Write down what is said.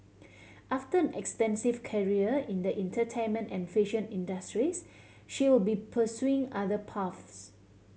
after an extensive career in the entertainment and fashion industries she will be pursuing other paths